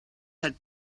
had